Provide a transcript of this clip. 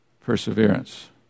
perseverance